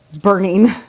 burning